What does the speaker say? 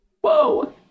Whoa